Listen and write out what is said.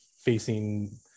facing